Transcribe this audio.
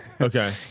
Okay